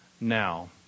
now